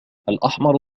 الأحمر